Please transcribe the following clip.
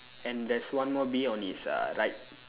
and there's one more bee on his uh right